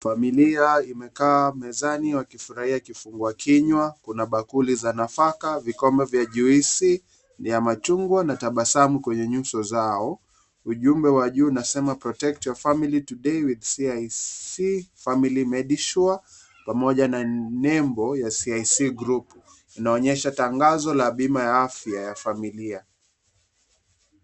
Familia imekaa mezani wakifurahia kifungua kinywa. Kuna bakuli za nafaka, vikombe vya juisi ya machungwa na tabasamu kwenye nyuso zao. Ujumbe wa juu unasema protect your family today with CIC family medisure pamoja na nembo ya CIC group. Inaonyesha tangazo la bima ya afya na familia.